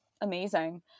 amazing